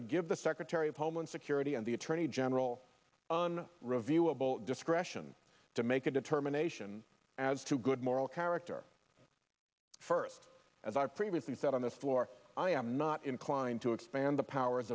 would give the secretary of homeland security and the attorney general on reviewable discretion to make a determination as to good moral character first as i've previously said on this floor i am not inclined to expand the powers